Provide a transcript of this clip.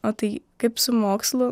o tai kaip su mokslu